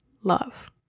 love